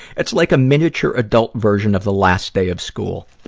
it's like a miniature adult version of the last day of school.